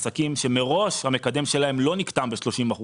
יש עסקים שמראש המקדם שלהם לא נקטם ב-30%,